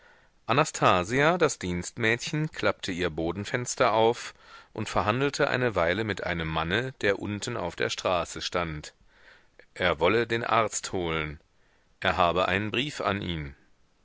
anastasia das dienstmädchen klappte ihr bodenfenster auf und verhandelte eine weile mit einem manne der unten auf der straße stand er wolle den arzt holen er habe einen brief an ihn